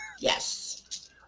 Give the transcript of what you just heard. Yes